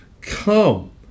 come